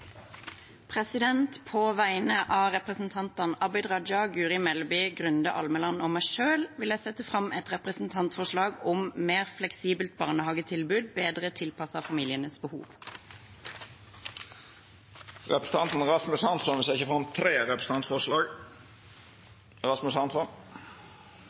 representantforslag. På vegne av representantene Abid Raja, Guri Melby, Grunde Almeland og meg selv vil jeg framsette et representantforslag om et mer fleksibelt barnehagetilbud, bedre tilpasset familienes behov. Rasmus Hansson vil setja fram tre representantforslag. På vegne av representanten Lan Marie Nguyen Berg og meg selv vil jeg